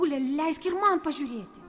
ule leisk ir man pažiūrėti